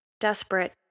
Desperate